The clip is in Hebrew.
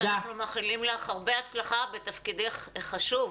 ואנחנו מאחלים לך הרבה הצלחה בתפקידך החשוב